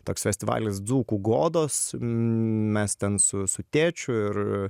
toks festivalis dzūkų godos mes ten su su tėčiu ir